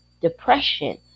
depression